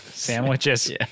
Sandwiches